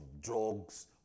drugs